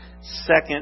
second